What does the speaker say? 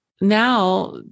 now